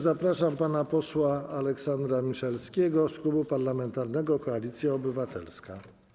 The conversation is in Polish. Zapraszam pana posła Aleksandra Miszalskiego z Klubu Parlamentarnego Koalicja Obywatelska.